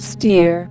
Steer